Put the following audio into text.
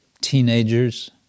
teenagers